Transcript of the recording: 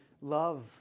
love